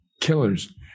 killers